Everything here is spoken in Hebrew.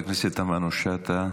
חברת הכנסת תמנו שטה,